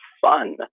Fun